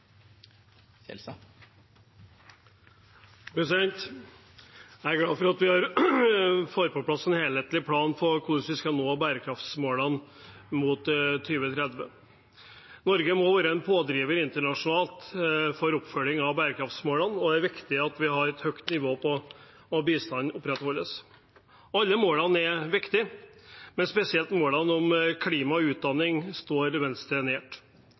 glad for at vi får på plass en helhetlig plan for hvordan vi skal nå bærekraftsmålene fram mot 2030. Norge må være en pådriver internasjonalt for oppfølging av bærekraftsmålene, og det er viktig at vi har et høyt nivå på at bistanden opprettholdes. Alle målene er viktige, men spesielt målene om klima og utdanning står Venstre